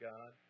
God